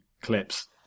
clips